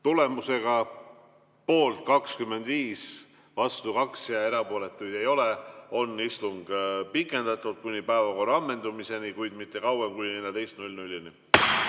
Tulemusega poolt 25, vastu 2 ja erapooletuid ei ole, on istungit pikendatud kuni päevakorra ammendumiseni, kuid mitte kauem kui kella